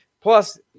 Plus